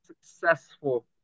successful